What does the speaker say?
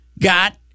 got